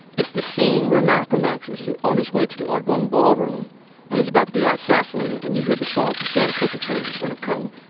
it's the scene where malcolm x is on his way to the audubon ballroom and is about to be ah assassinated and you hear the song from sam cooke, a change is gonna come,